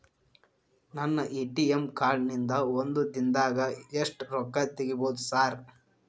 ನನ್ನ ATM card ನಿಂದಾ ಒಂದ್ ದಿಂದಾಗ ಎಷ್ಟ ರೊಕ್ಕಾ ತೆಗಿಬೋದು ಸಾರ್?